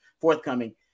forthcoming